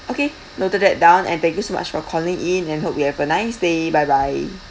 okay noted that down and thank you so much for calling in and hope you have a nice day bye bye